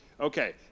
okay